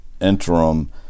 interim